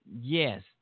yes